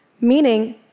Meaning